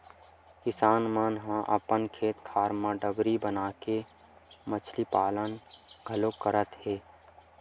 किसान मन ह अपन खेत खार म डबरी बनाके मछरी पालन घलोक करत हे